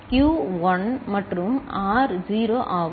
Q 1 மற்றும் R 0 ஆகும்